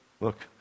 look